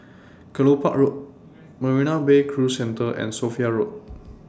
Kelopak Road Marina Bay Cruise Centre and Sophia Road